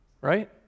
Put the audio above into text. right